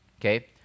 okay